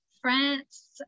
France